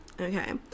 Okay